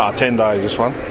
um ten days this one.